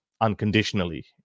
unconditionally